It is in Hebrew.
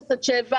0 עד 7,